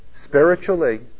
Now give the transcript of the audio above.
Spiritually